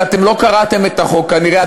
ואתם לא קראתם את החוק כנראה.